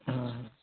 हाँ हाँ